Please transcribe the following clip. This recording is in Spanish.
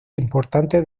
importante